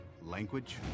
language